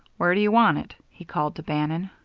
where do you want it? he called to bannon.